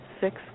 six